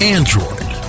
Android